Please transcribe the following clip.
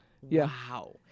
Wow